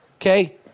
Okay